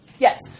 Yes